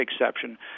exception